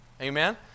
Amen